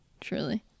Truly